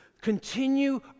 Continue